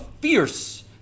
fierce